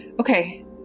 Okay